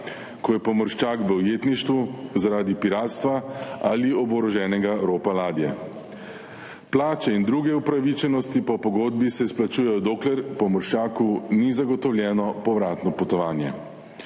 ko je pomorščak v ujetništvu zaradi piratstva ali oboroženega ropa ladje. Plače in druge upravičenosti po pogodbi se izplačujejo, dokler pomorščaku ni zagotovljeno povratno potovanje.